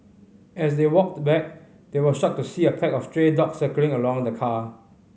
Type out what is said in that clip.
as they walked back they were shocked to see a pack of stray dogs circling around the car